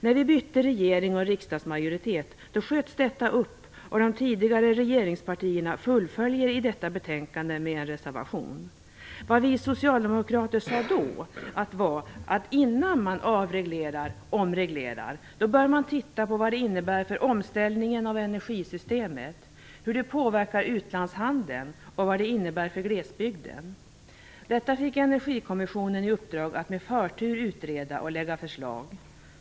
När vi bytte regering och riksdagsmajoritet sköts detta upp, och de tidigare regeringspartierna fullföljer sin politik i detta betänkande med en reservation. Vad vi socialdemokrater sade då var att man innan man avreglerar eller omreglerar bör titta på vad det innebär för omställningen av energisystemet, hur det påverkar utrikeshandeln och vad det innebär för glesbygden. Energikommissionen fick i uppdrag att med förtur utreda detta och lägga fram förslag.